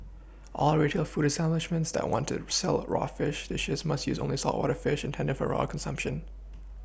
all retail food establishments that want to sell raw fish dishes must use only saltwater fish intended for raw consumption